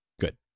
Good